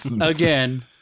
again